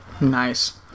Nice